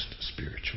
spiritual